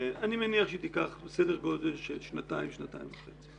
אני מניח שהיא תיקח סדר גודל של שנתיים-שנתיים וחצי.